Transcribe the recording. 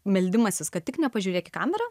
meldimasis kad tik nepažiūrėk į kamerą